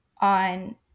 on